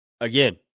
Again